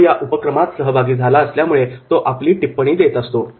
तो या उपक्रमात सहभागी झाला असल्यामुळे तो आपली टिप्पणी देत असतो